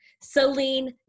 Celine